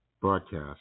broadcast